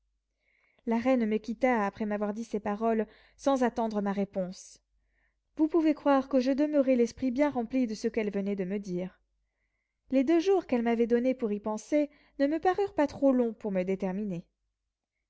la reine me quitta après m'avoir dit ces paroles sans attendre ma réponse vous pouvez croire que je demeurai l'esprit bien rempli de ce qu'elle me venait de dire les deux jours qu'elle m'avait donnés pour y penser ne me parurent pas trop longs pour me déterminer